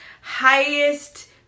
highest